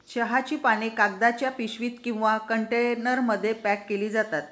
चहाची पाने कागदाच्या पिशवीत किंवा कंटेनरमध्ये पॅक केली जातात